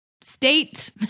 state